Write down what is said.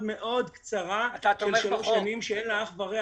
מאוד קצרה של שלוש שנים שאין לה אח ורע